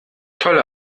tolle